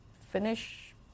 finish